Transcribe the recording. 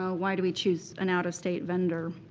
ah why do we choose an out-of-state vendor